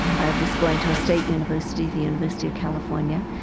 i was going to a state university, the university of california.